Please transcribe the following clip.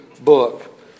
book